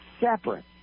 separate